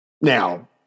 Now